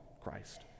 Christ